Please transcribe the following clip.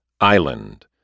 Island